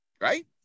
Right